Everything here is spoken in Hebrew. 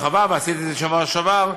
ועשיתי את זה בשבוע שעבר בהרחבה,